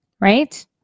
right